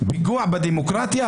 אבל אני מבין שצריכים זמן.